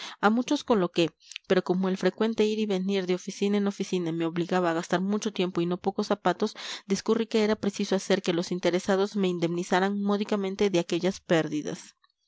a muchos coloqué pero como el frecuente ir y venir de oficina en oficina me obligaba a gastar mucho tiempo y no pocos zapatos discurrí que era preciso hacer que los interesados me indemnizaran módicamente de aquellas pérdidas